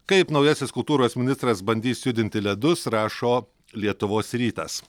kaip naujasis kultūros ministras bandys judinti ledus rašo lietuvos rytas